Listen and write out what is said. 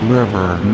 River